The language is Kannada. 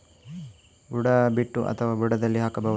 ಬುಡ ಬಿಟ್ಟು ಅಥವಾ ಬುಡದಲ್ಲಿ ಹಾಕಬಹುದಾ?